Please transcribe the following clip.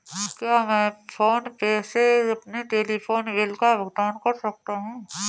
क्या मैं PhonePe से अपने टेलीफोन बिल का भुगतान कर सकता हूँ?